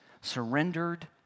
surrendered